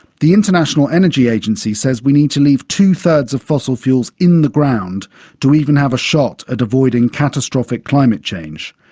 the international energy agency says we need to leave two-thirds of fossil fuels in the ground to even have a shot at avoiding catastrophic climate change.